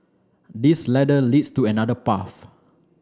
this ladder leads to another path